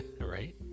right